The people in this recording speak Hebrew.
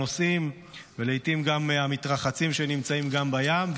הנוסעים ולעיתים גם המתרחצים שנמצאים גם בים.